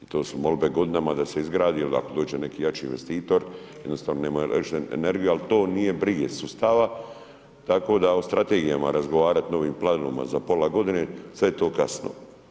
I to su molbe godinama da se izgradi jel ako dođe neki jači investitor jednostavno nema električnu energiju, ali to nije briga sustava tako da o strategijama razgovarat novim planovima za pola godine sve je to kasno.